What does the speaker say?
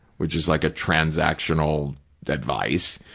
which is like a transactional advice.